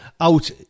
out